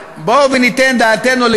בבקשה, חבר הכנסת עיסאווי פריג',